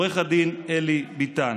עו"ד אלי ביתן,